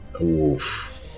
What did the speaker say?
Oof